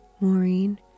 Maureen